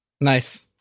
Nice